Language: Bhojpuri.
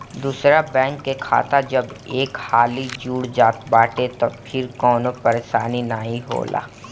दूसरा बैंक के खाता जब एक हाली जुड़ जात बाटे तअ फिर कवनो परेशानी नाइ होला